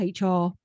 HR